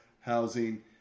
housing